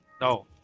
No